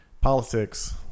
politics